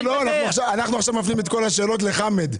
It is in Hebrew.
אנחנו עכשיו מפנים את כל השאלות לחמד.